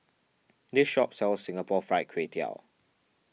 this shop sells Singapore Fried Kway Tiao